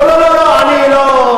לא, אני לא.